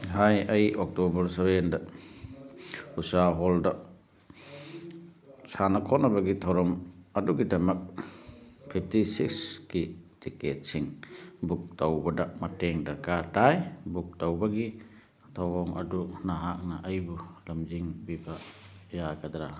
ꯍꯥꯏ ꯑꯩ ꯑꯣꯛꯇꯣꯕꯔ ꯁꯚꯦꯟꯗ ꯎꯁꯥ ꯍꯣꯜꯗ ꯁꯥꯟꯅ ꯈꯣꯠꯅꯕꯒꯤ ꯊꯧꯔꯝ ꯑꯗꯨꯒꯤꯗꯃꯛ ꯐꯤꯞꯇꯤ ꯁꯤꯛꯁꯀꯤ ꯇꯤꯀꯦꯠꯁꯤꯡ ꯕꯨꯛ ꯇꯧꯕꯗ ꯃꯇꯦꯡ ꯗꯔꯀꯥꯔ ꯇꯥꯏ ꯕꯨꯛ ꯇꯧꯕꯒꯤ ꯊꯧꯑꯣꯡ ꯑꯗꯨ ꯅꯍꯥꯛꯅ ꯑꯩꯕꯨ ꯂꯝꯖꯤꯡꯕꯤꯕ ꯌꯥꯒꯗ꯭ꯔꯥ